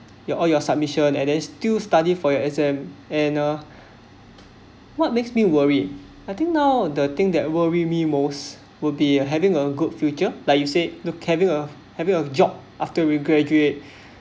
your all your submission and then still study for your exam and uh what makes me worried I think now the thing that worry me most will be having a good future like you said the having uh having a job after we graduate